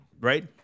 right